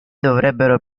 dovrebbero